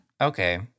Okay